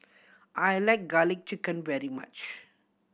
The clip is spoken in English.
I like Garlic Chicken very much